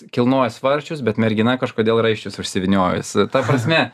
kilnoja svarsčius bet mergina kažkodėl raiščius užsivyniojus ta prasme